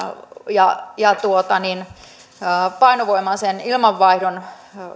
ja ja painovoimaisen ilmanvaihdon